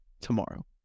tomorrow